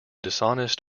dishonest